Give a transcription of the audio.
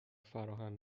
فراهم